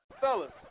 Fellas